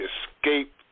Escape